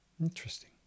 interesting